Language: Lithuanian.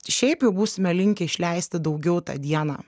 šiaip jau būsime linkę išleisti daugiau tą dieną